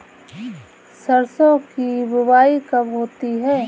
सरसों की बुआई कब होती है?